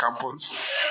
campus